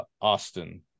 Austin